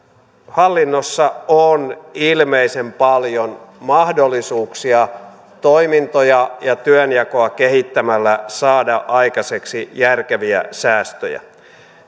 hallinnossa on ilmeisen paljon mahdollisuuksia toimintoja ja työnjakoa kehittämällä saada aikaiseksi järkeviä säästöjä